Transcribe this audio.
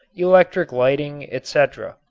electric lighting, etc.